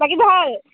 বাকী ভাল